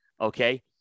okay